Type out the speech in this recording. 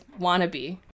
Wannabe